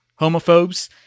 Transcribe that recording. homophobes